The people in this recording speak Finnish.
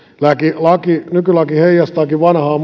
nykylaki nykylaki heijastaakin vanhaa